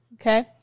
Okay